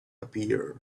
appeared